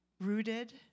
rooted